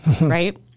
right